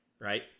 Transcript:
right